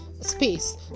space